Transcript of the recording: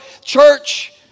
church